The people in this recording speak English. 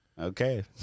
okay